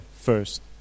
first